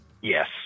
Yes